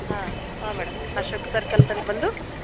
ಹಾಂ ಹಾಂ ಮೇಡಮ್ ಅಶೋಕ್ ಸರ್ಕಲ್ತಲ್ಲಿ ಬಂದು